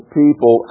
people